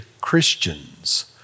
Christians